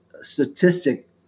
statistic